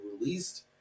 released